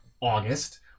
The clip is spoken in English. August